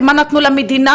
מה הם נתנו למדינה,